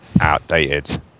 outdated